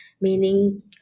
meaning